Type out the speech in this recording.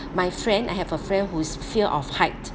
my friend I have a friend who's fear of height